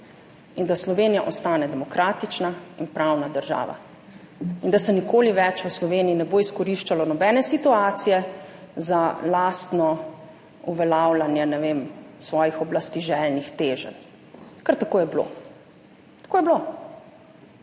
In da Slovenija ostane demokratična in pravna država. In da se nikoli več v Sloveniji ne bo izkoriščalo nobene situacije za lastno uveljavljanje, ne vem, svojih oblasti željnih teženj. Ker tako je bilo. Tako je bilo.